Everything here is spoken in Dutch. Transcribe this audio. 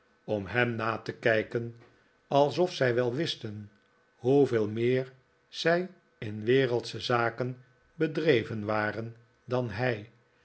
om hem na te kiiken alsof zij wel wisten hoeveel meer zij in wereldsche zaken bedreven waren dan hij